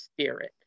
spirit